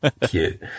cute